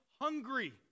hungry